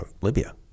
Libya